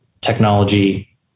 technology